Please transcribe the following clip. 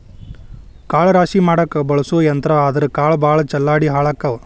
ಕಾಳ ರಾಶಿ ಮಾಡಾಕ ಬಳಸು ಯಂತ್ರಾ ಆದರಾ ಕಾಳ ಭಾಳ ಚಲ್ಲಾಡಿ ಹಾಳಕ್ಕಾವ